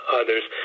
others